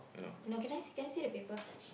no can I can I see the paper